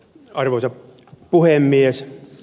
arvoisa puhemies